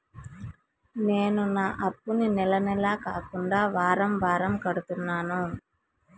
నేను నా అప్పుని నెల నెల కాకుండా వారం వారం కడుతున్నాను